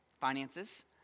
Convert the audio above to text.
finances